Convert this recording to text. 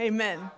Amen